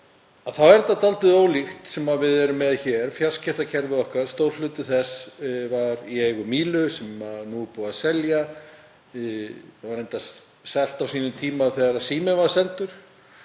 en þetta er dálítið ólíkt sem við erum með hér, fjarskiptakerfið okkar. Stór hluti þess var í eigu Mílu sem nú er búið að selja, var reyndar selt á sínum tíma þegar Síminn var seldur.